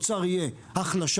התוצר יהיה החלשה,